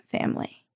family